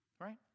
right